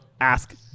ask